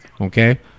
okay